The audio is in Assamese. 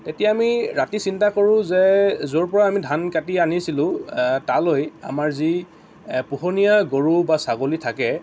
তেতিয়া আমি ৰাতি চিন্তা কৰোঁ যে য'ৰ পৰা আমি ধান কাটি আনিছিলোঁ তালৈ আমাৰ যি পোহনীয়া গৰু বা ছাগলী থাকে